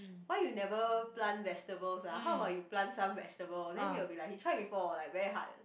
why you never plant vegetables ah how about you plant some vegetable then he will be like he tried before like very hard